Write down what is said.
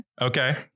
Okay